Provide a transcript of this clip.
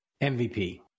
MVP